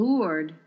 Lord